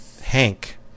Hank